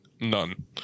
none